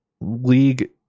League